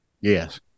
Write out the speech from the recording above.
yes